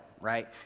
right